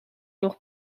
nog